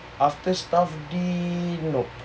after staff day nope